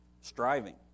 Striving